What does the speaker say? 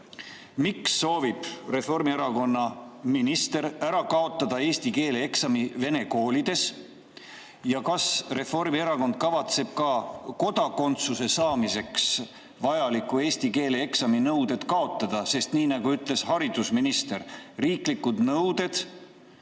miks soovib Reformierakonna minister ära kaotada eesti keele eksami vene koolides? Ja kas Reformierakond kavatseb ka kodakondsuse saamiseks vajaliku eesti keele eksami nõuded kaotada? Sest nagu ütles haridusminister: riiklikud nõuded